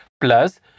plus